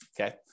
okay